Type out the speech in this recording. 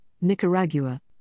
Nicaragua